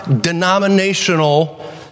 denominational